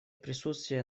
присутствие